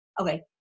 Okay